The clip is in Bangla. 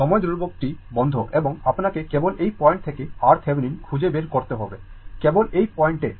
সময় ধ্রুবকটি বন্ধ এবং আপনাকে কেবল এই পয়েন্ট থেকে RThevenin খুঁজে বের করতে হবে কেবল এই পয়েন্ট এ